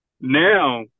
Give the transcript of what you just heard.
now